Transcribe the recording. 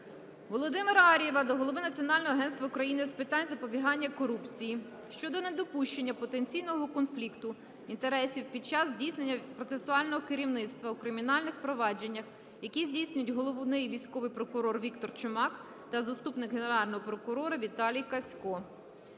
Володимира Ар'єва до голови Національного агентства України з питань запобігання корупції щодо недопущення потенційного конфлікту інтересів під час здійснення процесуального керівництва у кримінальних провадженнях, які здійснюють головний військовий прокурор Віктор Чумак та заступник Генерального прокурора Віталій Касько.